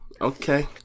okay